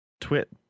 Twit